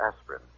aspirin